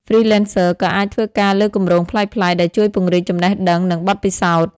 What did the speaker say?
Freelancers ក៏អាចធ្វើការលើគម្រោងប្លែកៗ ដែលជួយពង្រីកចំណេះដឹង និងបទពិសោធន៍។